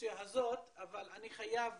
לרזולוציה הזאת, אבל אני חייב